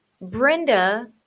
Brenda